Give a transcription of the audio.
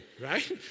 right